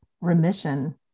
remission